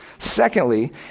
Secondly